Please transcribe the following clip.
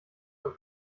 und